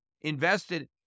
invested